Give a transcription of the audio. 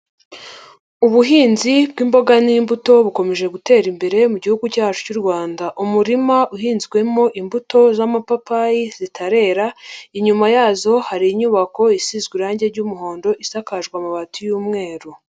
Ubuhinzi bw'imboga n'imbuto bukomeje gutera imbere mu gihugu cyacu cy'u Rwanda, umurima uhinzwemo imbuto z'amapapayi zitarera, inyuma yazo hari inyubako isizwe irangi ry'umuhondo, isakaje amabati y'umweru.